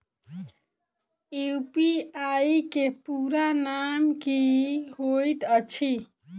UPI केँ पूरा नाम की होइत अछि?